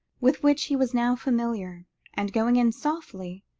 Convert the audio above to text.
with which he was now familiar and, going in softly,